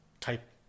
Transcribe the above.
type